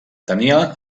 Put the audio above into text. tenia